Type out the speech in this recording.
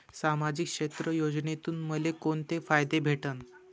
सामाजिक क्षेत्र योजनेतून मले कोंते फायदे भेटन?